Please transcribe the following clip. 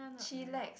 chillax